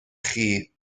chi